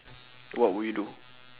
what would you do